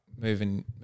moving